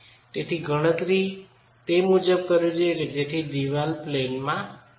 તેથી ગણતરી તે મુજબ કરવી જોઈએ કે જેથી દીવાલ પ્લેન માં સાવચેત રહે